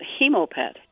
hemopet